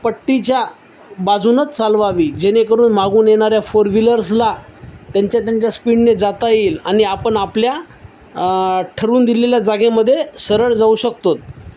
पट्टीच्या बाजूनंच चालवावी जेणेकरून मागून येणाऱ्या फोर व्हीलर्सला त्यांच्या त्यांच्या स्पीडने जाता येईल आणि आपण आपल्या ठरवून दिलेल्या जागेमध्ये सरळ जाऊ शकतो